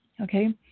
Okay